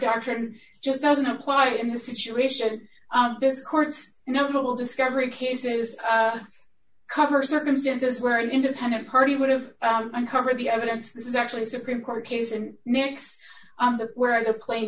doctrine just doesn't apply in the situation this court's notable discovery cases cover circumstances where an independent party would have uncovered the evidence this is actually a supreme court case and next on the where the plane